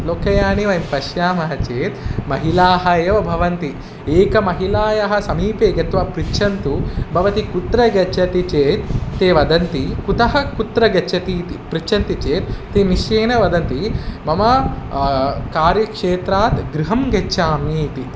लोकयाने वयं पश्यामः चेत् महिलाः एव भवन्ति एका महिलायाः समीपे गत्वा पृच्छन्तु भवती कुत्र गच्छति चेत् ते वदन्ति कुतः कुत्र गच्छति इति पृच्छन्ति चेत् ते निश्चयेन वदन्ति मम कार्यक्षेत्रात् गृहं गच्छामि इति